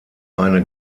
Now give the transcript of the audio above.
eine